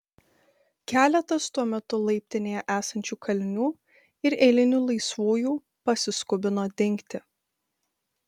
keletas tuo metu laiptinėje esančių kalinių ir eilinių laisvųjų pasiskubino dingti